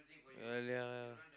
earlier lah